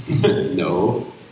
No